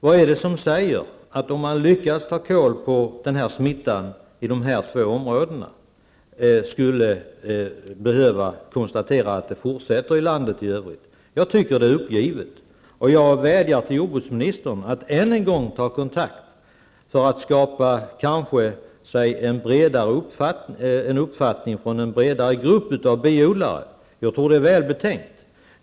Vad är det som säger att angreppen skulle behöva fortsätta i landet i övrigt om man lyckades ta kål på smittan i dessa två områden? Jag tycker att det är uppgivet, och jag vädjar till jordbruksministern att än en gång ta kontakt med en bredare grupp av biodlare för att skapa sig en uppfattning. Jag tror att det kan vara väl betänkt.